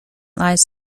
lies